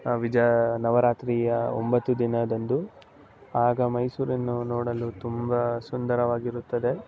ವಿಜ ನವರಾತ್ರಿಯ ಒಂಬತ್ತು ದಿನದಂದು ಆಗ ಮೈಸೂರನ್ನು ನೋಡಲು ತುಂಬ ಸುಂದರವಾಗಿರುತ್ತದೆ